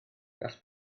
gall